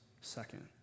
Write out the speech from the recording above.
second